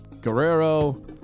Guerrero